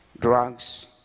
Drugs